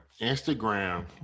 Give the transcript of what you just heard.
Instagram